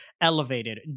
elevated